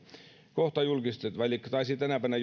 kohta julkistettavat tiedot tai taisivat jo tänä päivänä